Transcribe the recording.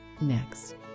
next